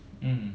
mm